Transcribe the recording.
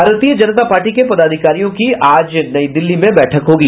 भारतीय जनता पार्टी के पदाधिकारियों की आज नई दिल्ली में बैठक होगी